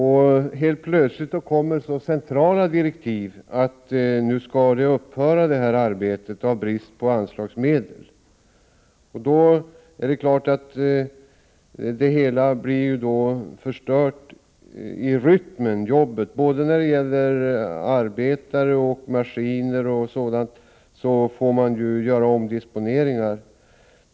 Helt plötsligt kommer det centrala direktiv att arbetet skall upphöra på grund av brist på anslagsmedel. Hela arbetet blir naturligtvis förstört på detta sätt — när det gäller både arbetare och maskiner m.m. måste det göras omdisponeringar.